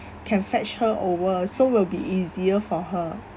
can fetch her over so will be easier for her